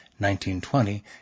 1920